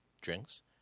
drinks